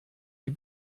die